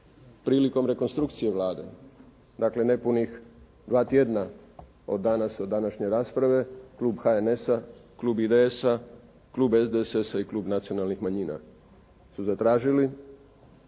prilikom rekonstrukcije Vlade, dakle nepunih dva tjedna od danas od današnje rasprave, klub HNS-a, klub IDS-a, klub SDSS-a i klub Nacionalnih manjina su zatražili